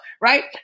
right